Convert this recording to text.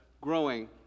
growing